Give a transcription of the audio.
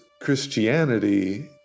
Christianity